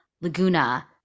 laguna